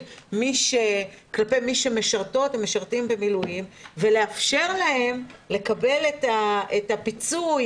כלפי מי שמשרתות ומשרתים במילואים ולאפשר להם לקבל את הפיצוי